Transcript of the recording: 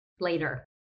later